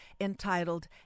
entitled